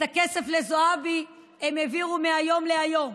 את הכסף לזועבי הם העבירו מהיום להיום,